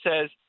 says